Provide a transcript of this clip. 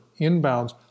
inbounds